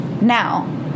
Now